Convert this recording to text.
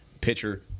pitcher